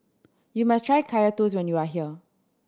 you must try Kaya Toast when you are here